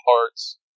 parts